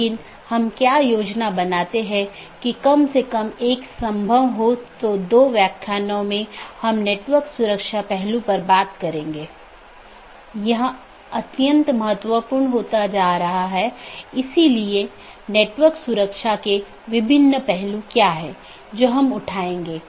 एक पारगमन AS में मल्टी होम AS के समान 2 या अधिक ऑटॉनमस सिस्टम का कनेक्शन होता है लेकिन यह स्थानीय और पारगमन ट्रैफिक दोनों को वहन करता है